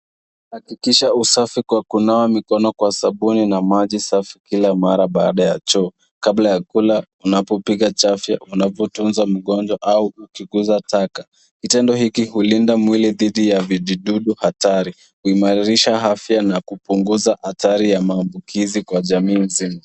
Hakikisha usafi kwa kunawa mikono kwa sabuni na maji safi kila mara baada ya choo kabla ya kula unapopiga chafya unavyotunza mgonjwa au ukiuza taka kitendo hiki hulinda mwili dhidi ya vijidudu hatari kuimarisha afya na kupunguza adhari ya afya kwa jamii zenu.